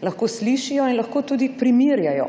lahko slišijo in lahko tudi primerjajo.